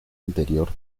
interior